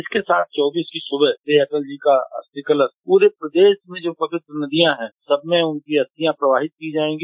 इसके साथ चौबीस की सुबह श्री अटल जी का अस्थि कलश प्ररे प्रदेश में जो प्रमुख नदियां हैं सबमें उनकी अस्थियां प्रवाहित की जायेंगी